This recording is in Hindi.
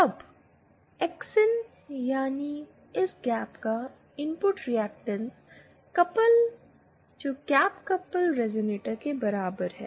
अब एक्स इन यानी कि इस गैप का इनपुट रिएक्टेंस कपल रेज़ोनेटर के बराबर है